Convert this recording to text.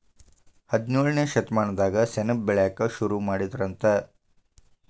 ಹದಿನೇಳನೇ ಶತಮಾನದಾಗ ಸೆಣಬ ಬೆಳಿಯಾಕ ಸುರು ಮಾಡಿದರಂತ